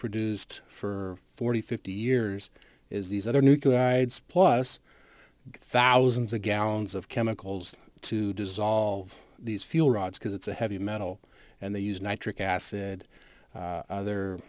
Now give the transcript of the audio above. produced for forty fifty years is these other nucleotides plus thousands of gallons of chemicals to dissolve these fuel rods because it's a heavy metal and they use nitric acid other